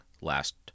last